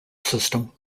system